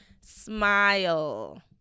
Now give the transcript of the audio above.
smile